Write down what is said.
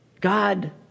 God